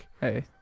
Hey